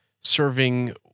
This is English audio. serving